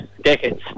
decades